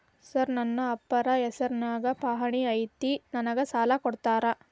Sir ನನ್ನ ಅಪ್ಪಾರ ಹೆಸರಿನ್ಯಾಗ್ ಪಹಣಿ ಐತಿ ನನಗ ಸಾಲ ಕೊಡ್ತೇರಾ?